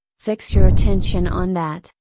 fix your attention on that,